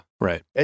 Right